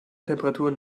temperaturen